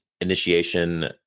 initiation